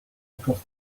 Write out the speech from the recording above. across